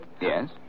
Yes